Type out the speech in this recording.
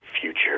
Future